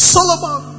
Solomon